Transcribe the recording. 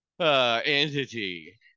entity